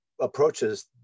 approaches